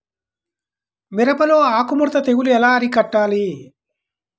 మిరపలో ఆకు ముడత తెగులు ఎలా అరికట్టాలి?